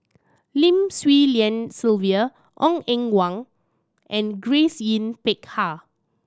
Lim Swee Lian Sylvia Ong Eng Guan and Grace Yin Peck Ha